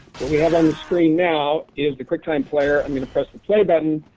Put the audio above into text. what we have on the screen now is the quicktime player, i'm going to press the play button.